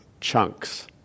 chunks